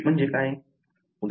repeat म्हणजे काय आहे